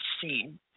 seen